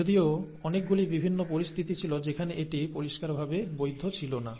যদিও অনেকগুলি বিভিন্ন পরিস্থিতি ছিল যেখানে এটি পরিষ্কারভাবে বৈধ ছিল না